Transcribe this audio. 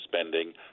spending